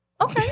okay